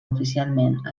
oficialment